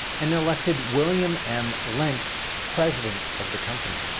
and elected william m. lent president of the company.